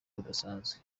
budasanzwe